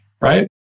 right